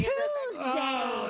Tuesday